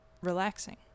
relaxing